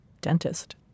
dentist